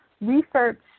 research